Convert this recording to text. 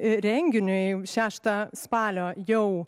renginiu jau šeštą spalio jau